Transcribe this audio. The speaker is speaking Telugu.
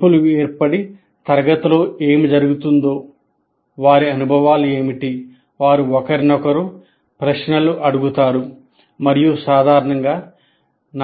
గుంపులు ఏర్పడి తరగతిలో ఏమి జరిగిందో వారి అనుభవాలు ఏమిటి వారు ఒకరినొకరు ప్రశ్నలు అడుగుతారు మరియు సాధారణంగా